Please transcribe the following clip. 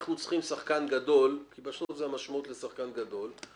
אנחנו צריכים שחקן גדול כי בשוק יש משמעות לשחקן גדול.